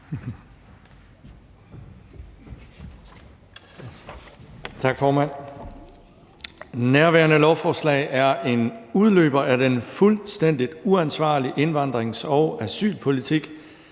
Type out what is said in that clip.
Tak, formand. Nærværende lovforslag er en udløber af den fuldstændig uansvarlige indvandrings- og asylpolitik,